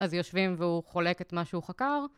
אז יושבים, והוא חולק את מה שהוא חקר?